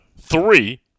three